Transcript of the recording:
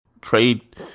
trade